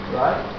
right